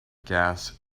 gas